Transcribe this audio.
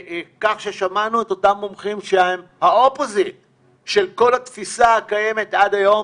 כך ששמענו את אותם מומחים שהם האופוזיט של כל התפיסה הקיימת עד היום,